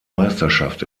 meisterschaft